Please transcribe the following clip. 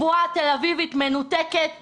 בועת תל אביבית מנותקת,